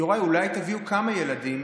יוראי, אולי תביאו כמה ילדים